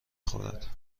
خورد